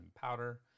powder